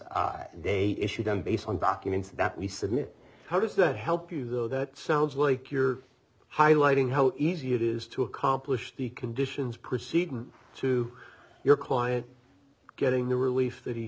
and they issue them based on documents that we submit how does that help you though that sounds like you're highlighting how easy it is to accomplish the conditions proceed to your client getting the relief